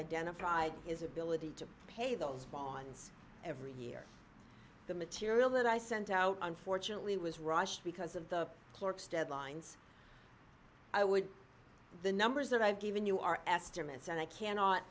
identified is ability to pay those bonds every year the material that i sent out unfortunately was rushed because of the clerk's deadlines i would the numbers that i've given you are estimates and i cannot